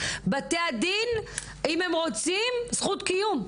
בתי הדין אם הם רוצים זכות קיום,